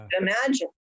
imagine